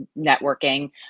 networking